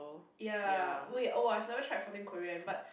ya wait oh I have never tried fourteen Korean but